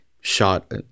shot